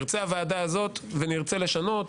תרצה הוועדה הזאת ונרצה לשנות,